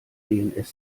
dns